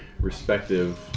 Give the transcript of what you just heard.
respective